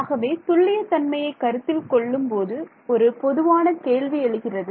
ஆகவே துல்லிய தன்மையை கருத்தில் கொள்ளும் போது ஒரு பொதுவான கேள்வி எழுகிறது